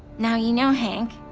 now you know, hank.